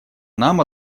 нам